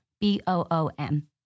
B-O-O-M